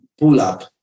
pull-up